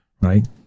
Right